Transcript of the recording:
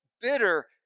bitter